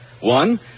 One